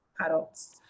adults